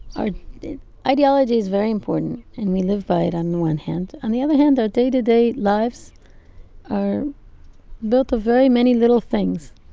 our ideology is very important, and we live by it on one hand. on the other hand, our day-to-day lives are built of very many little things.